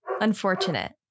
Unfortunate